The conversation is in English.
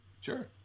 Sure